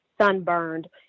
sunburned